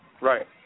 Right